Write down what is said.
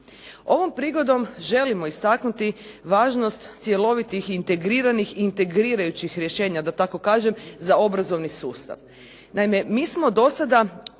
Ovom prigodom želimo istaknuti važnost cjelovitih integriranih integrirajućih rješenja, da tako kažem za obrazovni sustav.